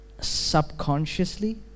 subconsciously